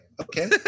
Okay